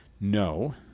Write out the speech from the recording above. No